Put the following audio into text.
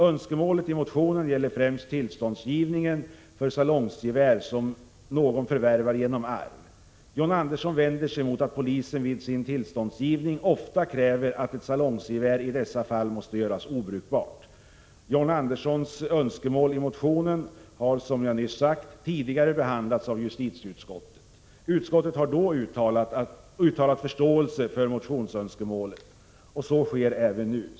Önskemålet i motionen gäller främst tillståndsgivningen för salongsgevär som någon förvärvar genom arv. John Andersson vänder sig mot att polisen vid sin tillståndsgivning oftast kräver att ett salongsgevär i dessa fall måste göras obrukbart. John Anderssons önskemål i motionen har, som jag nyss sagt, tidigare behandlats av justitieutskottet. Utskottet har då uttalat förståelse för motionsönskemålet. Så sker även nu.